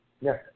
yes